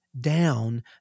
down